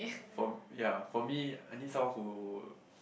for ya for me I need someone who